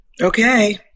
Okay